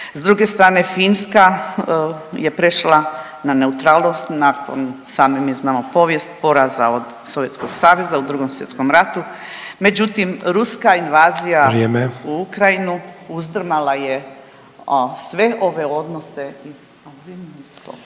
S druge strane Finska je prešla na neutralnost nakon poraza od Sovjetskog Saveza u Drugom svjetskom ratu. Međutim, ruska invazija u Ukrajini uzdrmala je te njihove